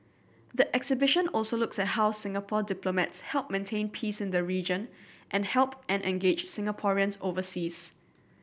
the exhibition also looks at how Singapore diplomats help maintain peace in the region and help and engage Singaporeans overseas